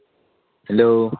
hello